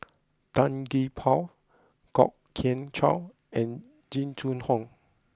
Tan Gee Paw Kwok Kian Chow and Jing Jun Hong